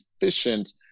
efficient